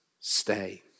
stay